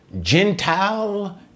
Gentile